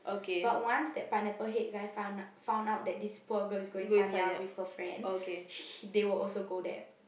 but once that Pineapple Head guy find found out this poor girl is going Sanya with her friend sh~ they will also go there